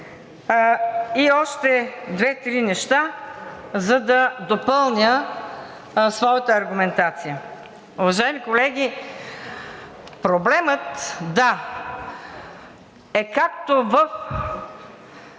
И още две-три неща, за да допълня своята аргументация. Уважаеми колеги, проблемът е както в